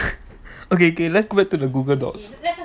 okay okay let's go back to the google docs